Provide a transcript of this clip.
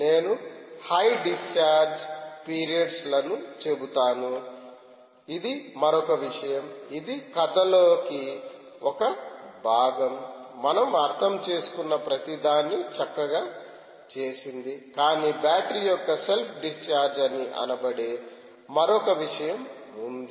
నేను high discharge periods లను చెబుతాను ఇది మరొక విషయం ఇది కథలోని ఒక భాగం మనం అర్థం చేసుకున్న ప్రతిదాన్ని చక్కగా చేసింది కాని బ్యాటరీ యొక్క సెల్ఫ్ డిశ్చార్జ్ అని అనబడే మరొక విషయం ఉంది